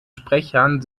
sprechern